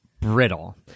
Brittle